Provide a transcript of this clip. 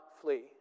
flee